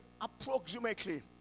approximately